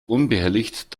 unbehelligt